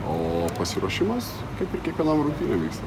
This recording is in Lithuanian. o pasiruošimas kaip ir kiekvienom rungtynėm vyksta